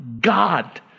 God